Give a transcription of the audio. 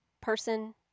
person